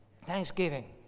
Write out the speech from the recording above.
Thanksgiving